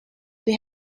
they